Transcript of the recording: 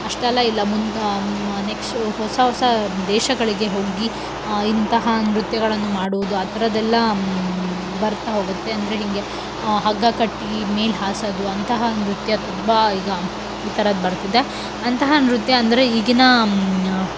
ಅಷ್ಟೆಲ್ಲ ಇಲ್ಲ ಮುಂದೆ ನೆಕ್ಸ್ಟು ಹೊಸ ಹೊಸ ದೇಶಗಳಿಗೆ ಹೋಗಿ ಇಂತಹ ನೃತ್ಯಗಳನ್ನು ಮಾಡೋದು ಆ ಥರದ್ದೆಲ್ಲ ಬರ್ತಾ ಹೋಗುತ್ತೆ ಅಂದರೆ ಹೀಗೆ ಹಗ್ಗ ಕಟ್ಟಿ ಮೇಲೆ ಹಾರಿಸೋದು ಅಂತಹ ನೃತ್ಯ ತುಂಬ ಈಗ ಈ ಥರದ್ದು ಬರ್ತಿದೆ ಅಂತಹ ನೃತ್ಯ ಅಂದರೆ ಈಗಿನ